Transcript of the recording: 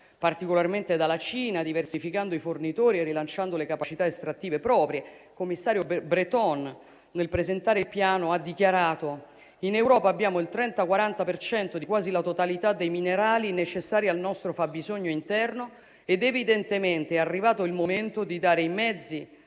particolarmente dalla Cina, diversificando i fornitori e rilanciando le capacità estrattive proprie. Il commissario Breton, nel presentare il piano, ha dichiarato che in Europa abbiamo il 30-40 per cento di quasi la totalità dei minerali necessari al nostro fabbisogno interno ed evidentemente è arrivato il momento di dare i mezzi